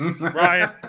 Ryan